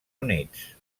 units